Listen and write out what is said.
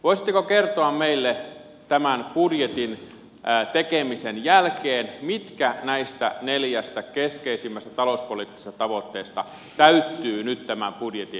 voisitteko kertoa meille tämän budjetin tekemisen jälkeen mitkä näistä neljästä keskeisimmistä talouspoliittisesta tavoitteesta täyttyvät nyt tämän budjetin toimilla